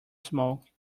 smoke